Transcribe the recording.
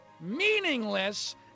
meaningless